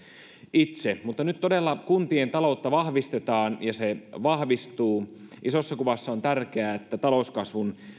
itse mutta nyt todella kuntien taloutta vahvistetaan ja se vahvistuu isossa kuvassa on tärkeää että talouskasvun